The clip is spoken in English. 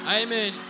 amen